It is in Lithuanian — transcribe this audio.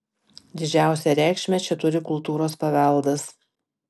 didžiausią reikšmę čia turi kultūros paveldas